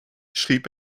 schrieb